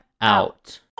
out